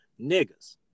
niggas